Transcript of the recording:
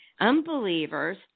unbelievers